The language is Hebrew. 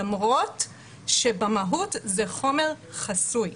למרות שבמהות זה חומר חסוי.